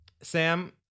Sam